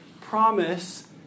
promise